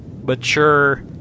mature